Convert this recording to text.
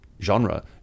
genre